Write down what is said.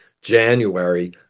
January